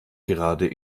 gerade